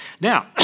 Now